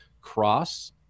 Cross